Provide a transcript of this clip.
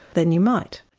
then you might.